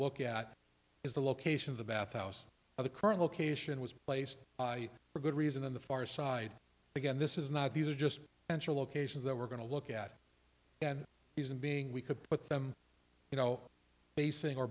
look at is the location of the bath house or the current location was placed for good reason on the far side again this is not these are just and locations that we're going to look at and these and being we could put them you know facing